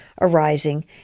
arising